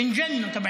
עצרו את אבא